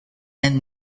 and